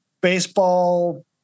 baseball